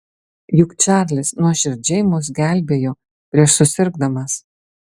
juk čarlis nuoširdžiai mus gelbėjo prieš susirgdamas